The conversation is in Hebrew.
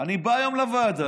אני בא היום לוועדה,